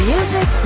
Music